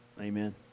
Amen